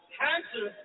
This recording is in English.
cancer